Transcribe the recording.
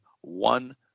one